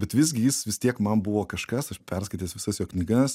bet visgi jis vis tiek man buvo kažkas aš perskaitęs visas jo knygas